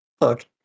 Look